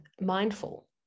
mindful